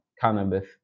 Cannabis